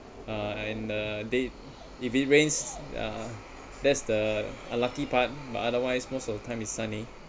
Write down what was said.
uh and uh they if it rains uh that's the unlucky part but otherwise most of the time is sunny